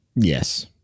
Yes